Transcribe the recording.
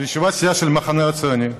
ישיבת סיעה של המחנה הציוני,